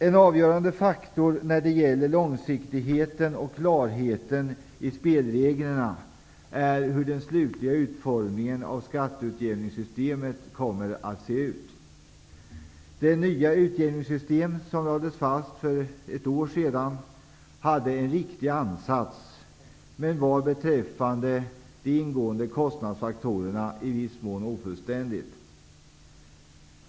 En avgörande faktor när det gäller långsiktigheten och klarheten i spelreglerna är hur den slutliga utformningen av skatteutjämningssystemet kommer att se ut. Det nya utjämningssystem som lades fast för ett år sedan hade en riktig ansats men var beträffande de ingående kostnadsfaktorerna i viss mån ofullständigt.